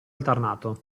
alternato